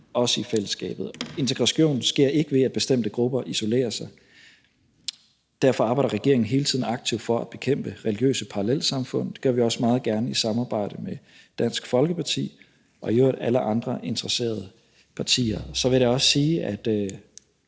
liv i fællesskabet. Integration sker ikke ved, at bestemte grupper isolerer sig, og derfor arbejder regeringen hele tiden aktivt for at bekæmpe religiøse parallelsamfund, og det gør vi også meget gerne i samarbejde med Dansk Folkeparti og i øvrigt alle andre interesserede partier. Så vil jeg også sige, at